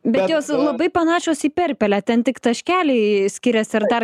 bet jos labai panašios į perpelę ten tik taškeliai skiriasi ar dar